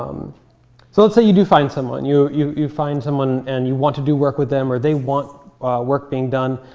um so let's say you do find someone. you you find someone and you want to do work with them, or they want work being done.